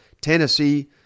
Tennessee